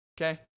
Okay